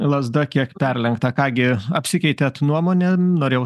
lazda kiek perlenkta ką gi apsikeitėt nuomonėm norėjau